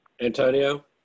Antonio